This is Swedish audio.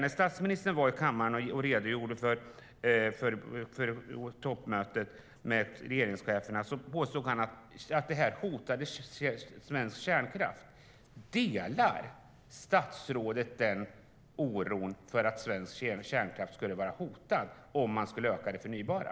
När statsministern var i kammaren och återrapporterade från toppmötet med stats och regeringscheferna påstod han att det förnybara hotade svensk kärnkraft. Delar statsrådet den oron, alltså att svensk kärnkraft skulle vara hotad om man ökade det förnybara?